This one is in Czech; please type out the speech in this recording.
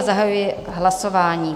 Zahajuji hlasování.